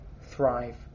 thrive